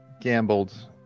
gambled